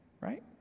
right